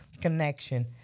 connection